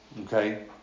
okay